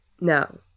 No